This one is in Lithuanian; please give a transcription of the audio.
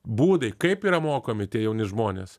būdai kaip yra mokami tie jauni žmonės